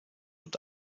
und